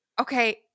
Okay